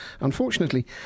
unfortunately